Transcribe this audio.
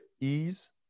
ease